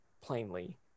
plainly